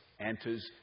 enters